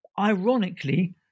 Ironically